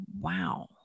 wow